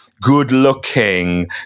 good-looking